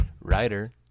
Writer